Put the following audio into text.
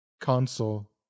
console